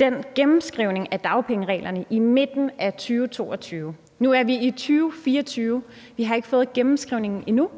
den gennemskrivning af dagpengereglerne i midten af 2022. Nu er vi i 2024. Vi har ikke fået gennemskrivningen endnu.